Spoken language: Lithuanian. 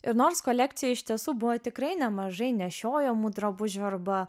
ir nors kolekcijoje iš tiesų buvo tikrai nemažai nešiojamų drabužių arba